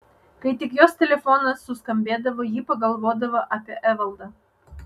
kai tik jos telefonas suskambėdavo ji pagalvodavo apie evaldą